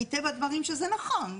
מטבע הדברים שזה נכון.